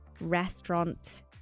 restaurant